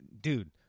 dude